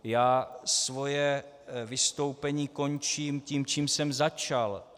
Já svoje vystoupení končím tím, čím jsem začal.